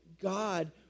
God